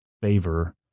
favor